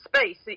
space